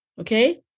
okay